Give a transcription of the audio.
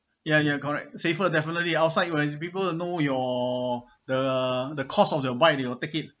ya ya correct safer definitely outside when there is people to know your the the cost of your bike they will take it